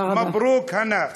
מברוכ, הנא.